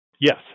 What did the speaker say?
Yes